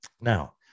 Now